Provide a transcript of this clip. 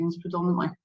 predominantly